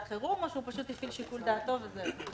חירום או שהוא פשוט הפעיל את שיקול דעתו וזהו?